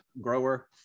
grower